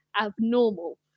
abnormal